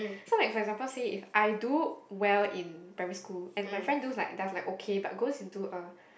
so like for example say if I do well in primary school and my friend do like does like okay but goes into a